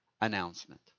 announcement